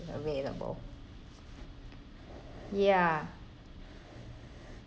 available ya